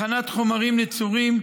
הכנת חומרים נצורים,